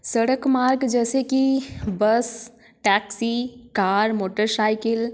सड़क मार्ग जैसे कि bus taxi car motor cycle